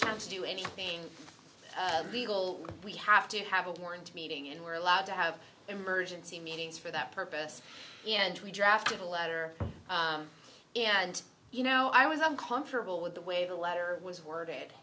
time to do anything legal we have to have a board meeting and we're allowed to have emergency meetings for that purpose and we drafted a letter and you know i was uncomfortable with the way the letter was worded